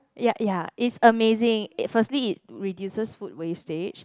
ya ya it's amazing firstly it reduces food wastage